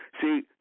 See